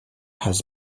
has